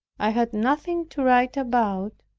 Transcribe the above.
i had nothing to write about,